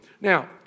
Now